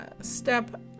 step